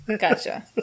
Gotcha